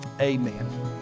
amen